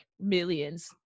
millions